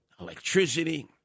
electricity